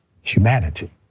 Humanity